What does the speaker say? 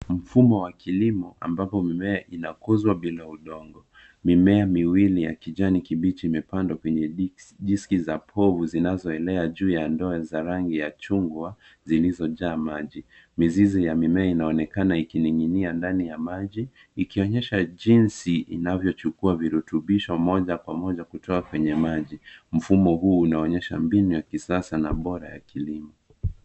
Mfumo wa kilimo ambapo mimea inakuzwa bila udongo. Mimea miwili ya kijani kibichi imepandwa kwenye diski za povu, zinazoenea juu ya ndoa za rangi ya chungwa zilizojaa maji. Mizizi ya mimea inaonekana ikining'inia ndani ya maji ikionyesha jinsi inavyochukua virutubisho moja kwa moja kutoa kwenye maji. Mfumo huu unaonyesha mbinu ya kisasa na bora ya kilimo.